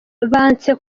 banse